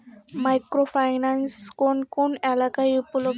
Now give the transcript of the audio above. Micro finance কোন কোন এলাকায় উপলব্ধ?